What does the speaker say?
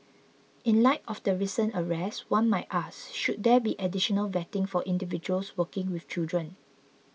in light of the recent arrest one might ask should there be additional vetting for individuals working with children